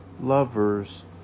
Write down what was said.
lovers